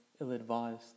ill-advised